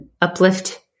uplift